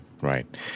right